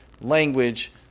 language